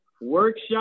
workshop